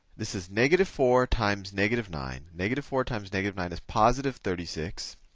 this is negative four times negative nine. negative four times negative nine is positive thirty six.